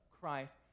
Christ